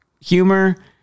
humor